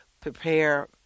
prepare